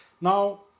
Now